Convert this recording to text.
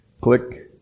click